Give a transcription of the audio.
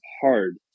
hard